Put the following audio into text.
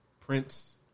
Prince